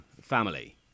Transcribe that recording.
family